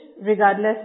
regardless